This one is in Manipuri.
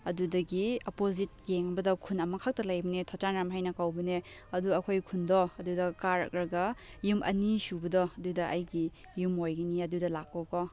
ꯑꯗꯨꯗꯒꯤ ꯑꯄꯣꯖꯤꯠ ꯌꯦꯡꯕꯗ ꯈꯨꯟ ꯑꯃꯈꯛꯇ ꯂꯩꯕꯅꯦ ꯊꯣꯆꯥꯔꯥꯝ ꯍꯥꯏꯅ ꯀꯧꯕꯅꯦ ꯑꯗꯨ ꯑꯩꯈꯣꯏ ꯈꯨꯟꯗꯣ ꯑꯗꯨꯗ ꯀꯥꯔꯛꯂꯒ ꯌꯨꯝ ꯑꯅꯤꯁꯨꯕꯗꯣ ꯑꯗꯨꯗ ꯑꯩꯒꯤ ꯌꯨꯝ ꯑꯣꯏꯒꯅꯤ ꯑꯗꯨꯗ ꯂꯥꯛꯑꯣ ꯀꯣ